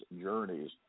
journeys